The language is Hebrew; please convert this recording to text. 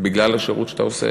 בגלל השירות שאתה עושה,